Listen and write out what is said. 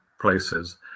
places